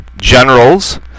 generals